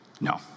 No